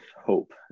hope